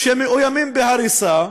שמאוימים בהריסה,